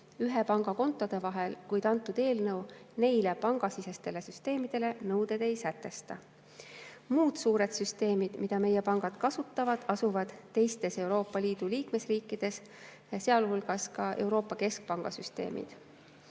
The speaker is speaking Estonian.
ühe panga kontode vahel, kuid antud eelnõu neile pangasisestele süsteemidele nõudeid ei sätesta. Muud suured süsteemid, mida meie pangad kasutavad, asuvad teistes Euroopa Liidu liikmesriikides, sealhulgas Euroopa Keskpanga süsteemid.